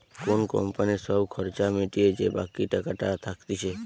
কোন কোম্পানির সব খরচা মিটিয়ে যে বাকি টাকাটা থাকতিছে